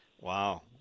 Wow